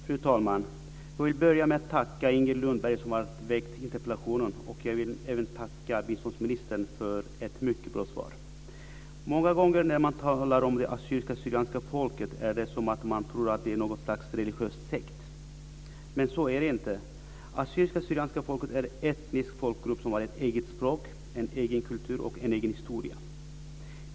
Fru talman! Jag vill börja med att tacka Inger Lundberg, som har väckt interpellationen. Jag vill även tacka biståndsministern för ett mycket bra svar. Många gånger när man talar om det assyrisk syrianska folket är en etnisk folkgrupp som har ett eget språk, en egen kultur och en egen historia.